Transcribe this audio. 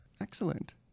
Excellent